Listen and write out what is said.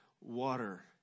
water